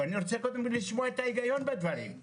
אני רוצה קודם לשמוע את ההיגיון בדברים.